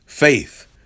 Faith